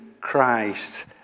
Christ